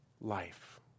life